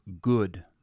good